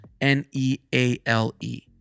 N-E-A-L-E